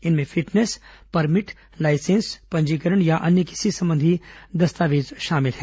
इनमें fitness permit licence पंजीकरण या किसी अन्य संबंधी दस्तावेज शामिल हैं